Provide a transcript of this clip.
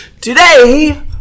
Today